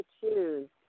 choose